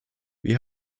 wir